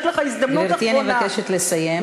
יש לך הזדמנות אחרונה, גברתי, אני מבקשת לסיים.